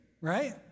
right